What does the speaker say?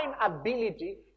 ability